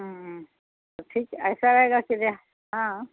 تو ٹھیک ہے ایسا رہے گا ہاں